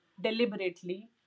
deliberately